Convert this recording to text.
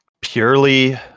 purely